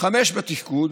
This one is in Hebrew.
5 בתפקוד,